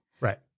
Right